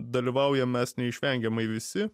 dalyvaujam mes neišvengiamai visi